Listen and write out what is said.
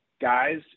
guys